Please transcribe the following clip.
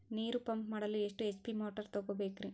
ನೀರು ಪಂಪ್ ಮಾಡಲು ಎಷ್ಟು ಎಚ್.ಪಿ ಮೋಟಾರ್ ತಗೊಬೇಕ್ರಿ?